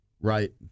right